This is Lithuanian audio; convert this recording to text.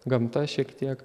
gamta šiek tiek